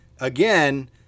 again